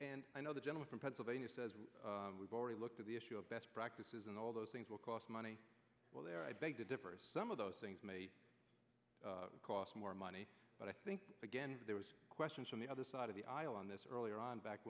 and i know the general from pennsylvania says we've already looked at the issue of best practices and all those things will cost money well there i beg to differ some of those things may cost more money but i think again there was questions from the other side of the aisle on this earlier on back